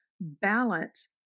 balance